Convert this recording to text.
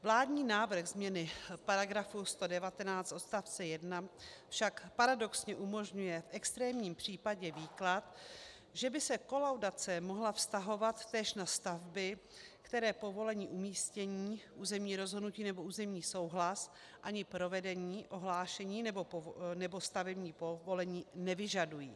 Vládní návrh změny § 119 odst. 1 však paradoxně umožňuje v extrémním případě výklad, že by se kolaudace mohla vztahovat též na stavby, které povolení umístění územní rozhodnutí nebo územní souhlas ani provedení ohlášení nebo stavební povolení nevyžadují.